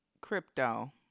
Crypto